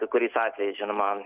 kai kuriais atvejais žinoma